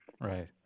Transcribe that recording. right